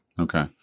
Okay